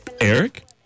Eric